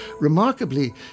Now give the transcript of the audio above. Remarkably